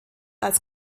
als